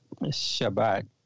Shabbat